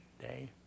day